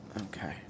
Okay